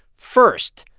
first,